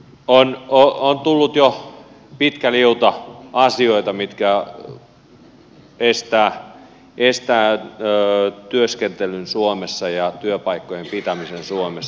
on tullut jo pitkä liuta asioita mitkä estävät työskentelyn suomessa ja työpaikkojen pitämisen suomessa